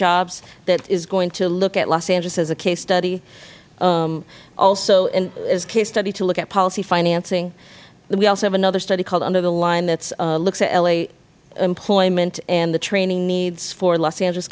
jobs that is going to look at los angeles as a case study also as a case study to look at policy financing we also have another study called under the line that looks at l a employment and the training needs for los angeles